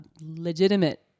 legitimate